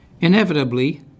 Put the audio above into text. Inevitably